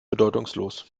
bedeutungslos